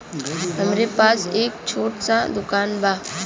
हमरे पास एक छोट स दुकान बा